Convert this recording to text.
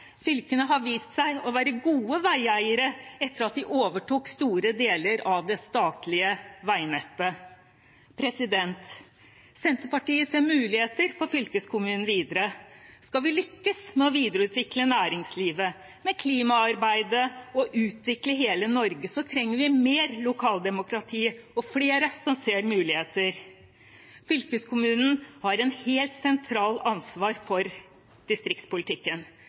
Fylkene har vist seg å være gode veieiere etter at de overtok store deler av det statlige veinettet. Senterpartiet ser muligheter for fylkeskommunen videre. Skal vi lykkes med å videreutvikle næringslivet, med klimaarbeidet og å utvikle hele Norge, trenger vi mer lokaldemokrati og flere som ser muligheter. Fylkeskommunen har et helt sentralt ansvar for distriktspolitikken.